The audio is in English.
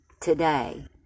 today